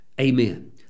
Amen